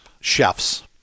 Chef's